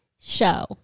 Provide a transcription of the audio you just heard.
show